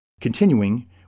Continuing